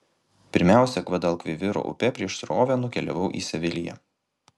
pirmiausia gvadalkviviro upe prieš srovę nukeliavau į seviliją